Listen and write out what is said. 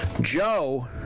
Joe